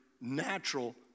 natural